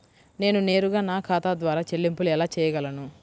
నేను నేరుగా నా ఖాతా ద్వారా చెల్లింపులు ఎలా చేయగలను?